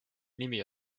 nimi